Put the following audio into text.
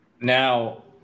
Now